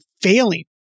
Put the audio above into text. failing